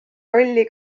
rolli